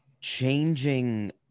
changing